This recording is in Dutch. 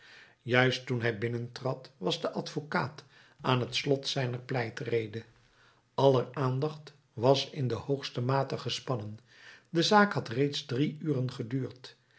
juist toen hij binnentrad was de advocaat aan het slot zijner pleitrede aller aandacht was in de hoogste mate gespannen de zaak had reeds drie uren geduurd